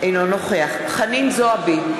אינו נוכח חנין זועבי,